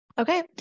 Okay